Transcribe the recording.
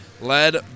led